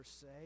say